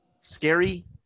Scary